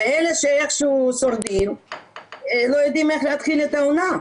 ואלה שאיכשהו שורדים לא יודעים איך להתחיל את העונה,